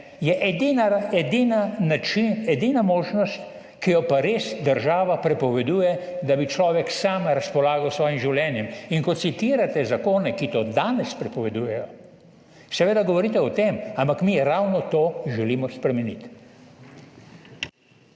edina možnost, ki jo pa res država prepoveduje, da bi človek sam razpolagal s svojim življenjem. In ko citirate zakone, ki to danes prepovedujejo, seveda govorite o tem, ampak mi ravno to želimo spremeniti.